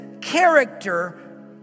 character